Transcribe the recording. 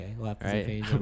okay